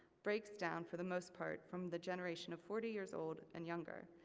breaks down for the most part, from the generation of forty years old and younger.